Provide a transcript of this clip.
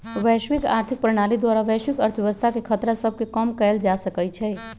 वैश्विक आर्थिक प्रणाली द्वारा वैश्विक अर्थव्यवस्था के खतरा सभके कम कएल जा सकइ छइ